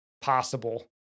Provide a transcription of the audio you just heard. possible